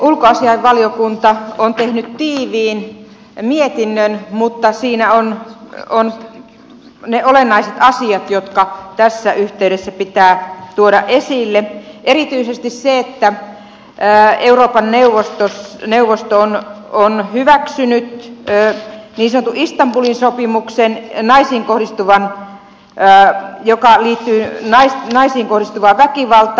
ulkoasiainvaliokunta on tehnyt tiiviin mietinnön mutta siinä ovat ne olennaiset asiat jotka tässä yhteydessä pitää tuoda esille erityisesti se että euroopan neuvosto on hyväksynyt niin sanotun istanbulin sopimuksen joka liittyy naisiin kohdistuvaan väkivaltaan